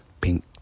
Pink